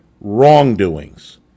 wrongdoings